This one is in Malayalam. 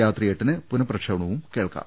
രാത്രി എട്ടിന് പുനഃപ്രക്ഷേപണവും കേൾക്കാം